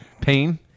Pain